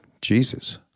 Jesus